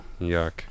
Yuck